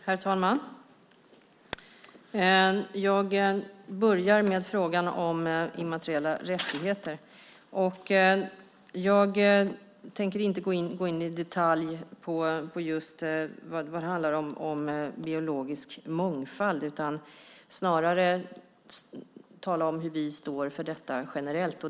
Herr talman! Jag börjar med frågan om immateriella rättigheter. Jag tänker inte gå in på biologisk mångfald i detalj utan snarare tala om hur vi står för detta generellt.